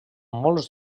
molts